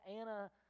Anna